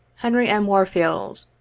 henry m. warfield,